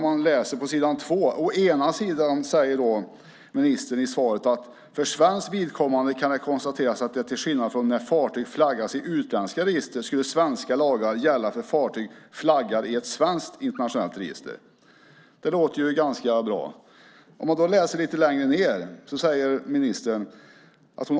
Ministern säger: "För svenskt vidkommande kan det konstateras att det till skillnad från när fartyg flaggas i utländska register skulle svenska lagar gälla för fartyg flaggade i ett svenskt internationellt register." Det låter ju bra. Men lite senare säger ministern: "Jag .